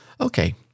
okay